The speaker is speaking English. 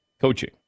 coaching